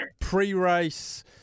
Pre-race